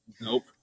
nope